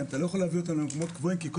כי אתה לא יכול להביא אותם למקומות קבועים כי כל